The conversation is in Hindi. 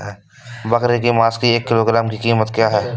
बकरे के मांस की एक किलोग्राम की कीमत क्या है?